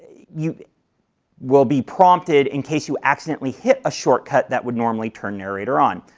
you will be prompted in case you accidentally hit a shortcut that would normally turn narrator on.